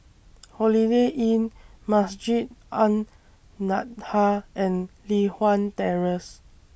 Holiday Inn Masjid An Nahdhah and Li Hwan Terrace